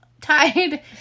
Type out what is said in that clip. tied